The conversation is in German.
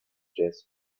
jazz